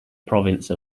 province